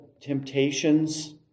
temptations